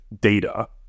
data